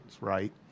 right